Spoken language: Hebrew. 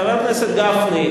חבר הכנסת גפני,